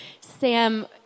Sam